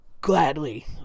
gladly